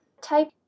type